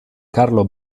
carlo